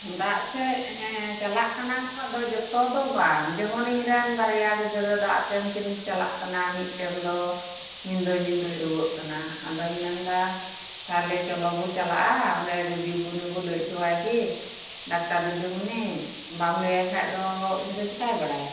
ᱫᱟᱜ ᱥᱮᱫ ᱪᱟᱞᱟᱜ ᱠᱟᱱᱟ ᱠᱚ ᱟᱫᱚ ᱡᱚᱛᱚ ᱫᱚ ᱵᱟᱝ ᱡᱮᱢᱚᱱ ᱤᱧ ᱨᱮᱱ ᱵᱟᱨᱭᱟ ᱜᱤᱫᱽᱨᱟᱹ ᱫᱟᱜ ᱥᱮᱱ ᱠᱤᱱ ᱪᱟᱞᱟᱜ ᱠᱟᱱᱟ ᱢᱤᱫ ᱴᱮᱱ ᱫᱚ ᱧᱤᱫᱟᱹ ᱧᱤᱫᱟᱹᱭ ᱨᱩᱣᱟᱹᱜ ᱠᱟᱱᱟ ᱟᱫᱚᱧ ᱢᱮᱱᱫᱟ ᱛᱟᱦᱚᱞᱮ ᱪᱚᱞᱚᱵᱚᱱ ᱪᱟᱞᱟᱜᱼᱟ ᱚᱸᱰᱮ ᱵᱚᱱ ᱞᱟᱹᱭ ᱚᱴᱚ ᱟᱭ ᱜᱮ ᱰᱟᱠᱛᱟᱨ ᱫᱤᱫᱤᱢᱚᱱᱤ ᱵᱟᱢ ᱞᱟᱹᱭ ᱟᱭ ᱠᱷᱟᱱ ᱫᱚ ᱩᱱᱤ ᱫᱚ ᱪᱤᱠᱟᱹᱭ ᱵᱟᱲᱟᱭᱟ